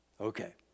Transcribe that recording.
Okay